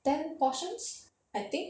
ten portions I think